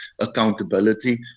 accountability